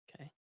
okay